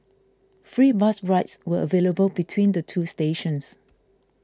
free bus rides were available between the two stations